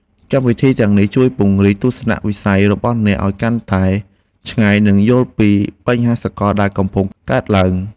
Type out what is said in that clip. កម្មវិធីទាំងនេះជួយពង្រីកទស្សនវិស័យរបស់អ្នកឱ្យកាន់តែឆ្ងាយនិងយល់ពីបញ្ហាសកលដែលកំពុងកើតឡើង។